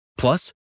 Plus